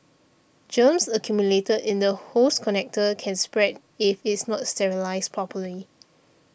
germs accumulated in the hose connector can spread if it's not sterilised properly